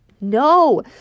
No